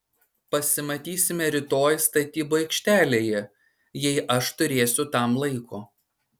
pasimatysime rytoj statybų aikštelėje jei aš turėsiu tam laiko